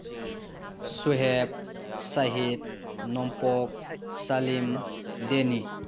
ꯁ꯭ꯋꯦꯍꯦꯞ ꯁꯍꯤꯠ ꯅꯣꯡꯄꯣꯛ ꯁꯥꯂꯤꯝ ꯗꯦꯅꯤ